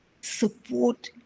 support